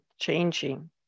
changing